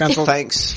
thanks